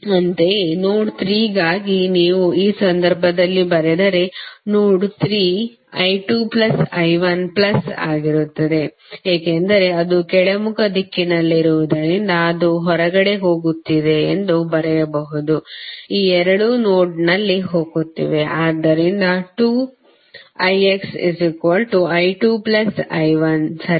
ಅಂತೆಯೇ ನೋಡ್ 3 ಗಾಗಿ ನೀವು ಈ ಸಂದರ್ಭದಲ್ಲಿ ಬರೆದರೆ ನೋಡ್ 3 I2I1 ಪ್ಲಸ್ ಆಗಿರುತ್ತದೆ ಏಕೆಂದರೆ ಅದು ಕೆಳಮುಖ ದಿಕ್ಕಿನಲ್ಲಿರುವುದರಿಂದ ಇದು ಹೊರಗಡೆ ಹೋಗುತ್ತಿದೆ ಎಂದು ಬರೆಯಬಹುದು ಈ ಎರಡು ನೋಡ್ನಲ್ಲಿ ಹೋಗುತ್ತಿವೆ ಆದ್ದರಿಂದ 2ixI2I1 ಸರಿನಾ